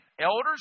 elders